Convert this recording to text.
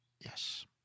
Yes